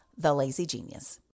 TheLazyGenius